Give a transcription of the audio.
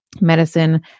medicine